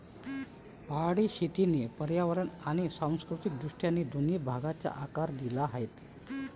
पहाडी शेतीने पर्यावरण आणि सांस्कृतिक दृष्ट्या दोन्ही भागांना आकार दिला आहे